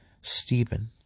Stephen